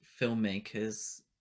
filmmakers